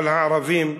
אבל הערבים,